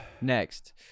Next